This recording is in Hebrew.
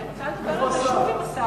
אני רוצה לדבר על זה שוב עם השר.